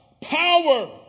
Power